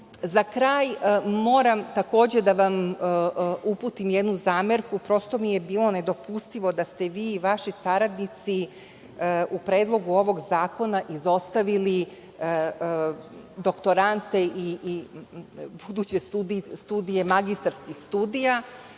kraj moram takođe da vam uputim jednu zamerku, prosto mi je bilo nedopustivo da ste vi i vaši saradnici u predlogu ovog zakona izostavili doktorante i buduće studije magistarskih studija